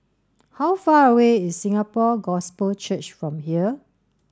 how far away is Singapore Gospel Church from here